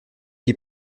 qui